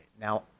Now